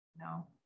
no